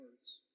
words